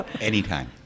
Anytime